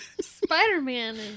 Spider-Man